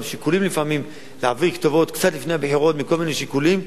גם השיקולים לפעמים להעביר כתובות לפני בחירות מכל מיני שיקולים,